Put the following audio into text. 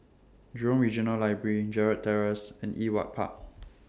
Jurong Regional Library Gerald Terrace and Ewart Park